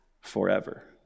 forever